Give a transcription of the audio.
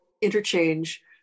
interchange